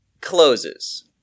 closes